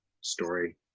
story